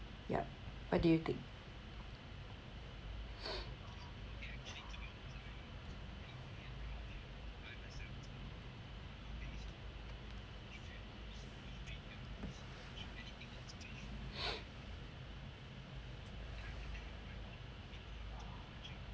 yeah what do you think